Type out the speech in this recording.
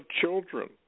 children